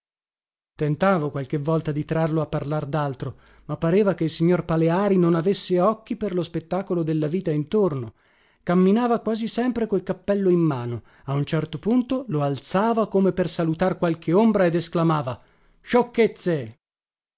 tentavo qualche volta di trarlo a parlar daltro ma pareva che il signor paleari non avesse occhi per lo spettacolo della vita intorno camminava quasi sempre col cappello in mano a un certo punto lo alzava come per salutar qualche ombra ed esclamava sciocchezze